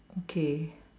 okay